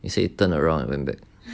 you say you turn around and went back